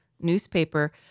newspaper